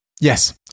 Yes